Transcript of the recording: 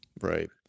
Right